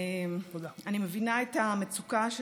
אני מבינה את המצוקה של